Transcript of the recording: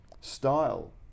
style